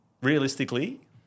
realistically